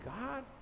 God